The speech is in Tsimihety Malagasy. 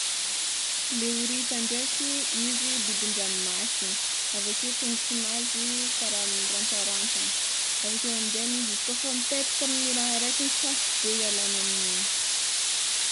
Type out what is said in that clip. Le horita ndreky, izy bibin-dragnomasiny aveke tongotrinazy kara mirantsarantsana, avekeo aminjaigny izy izy kôfa mipetaky amin'ny raha raiky igny, sarotro be hialany amin'igny.